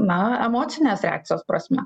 na emocinės reakcijos prasme